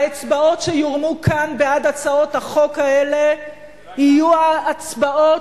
והאצבעות שיורמו כאן בעד הצעות החוק האלה יהיו האצבעות